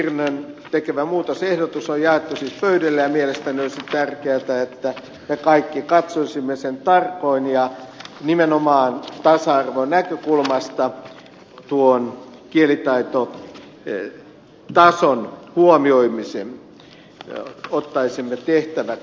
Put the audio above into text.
sirnön tekemä muutosehdotus on siis jaettu pöydille ja mielestäni olisi tärkeätä että me kaikki katsoisimme sen tarkoin ja nimenomaan tasa arvonäkökulmasta tuon kielitaitotason huomioimisen ottaisimme tehtäväksemme